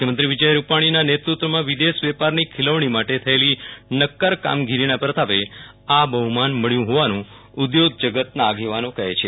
મુખ્યમંત્રી વિજયભાઈ રૂપાણીના નેતૃત્વમાં વિદેશ વેપારની ખિલવાણી માટે થયેલી નકકર કામગોરીના પ્રતાપે આ બહુમાન મળ્યુ હોવાનું ઉધોગ જગતના આગેવાનો કહે છે